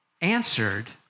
answered